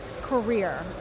career